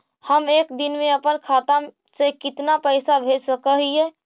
हम एक दिन में अपन खाता से कितना पैसा भेज सक हिय?